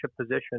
position